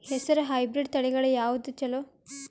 ಹೆಸರ ಹೈಬ್ರಿಡ್ ತಳಿಗಳ ಯಾವದು ಚಲೋ?